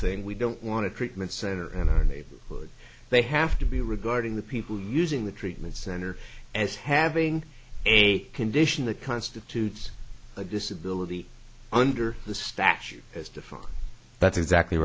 thing we don't want to treatment center and would they have to be regarding the people using the treatment center as having a condition that constitutes a disability under the statute is different but exactly